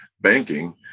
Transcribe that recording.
banking